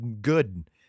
good